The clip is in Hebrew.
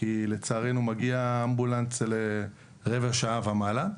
כי לצערנו מגיע אמבולנס רבע שעה ומעלה,